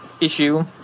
issue